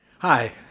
Hi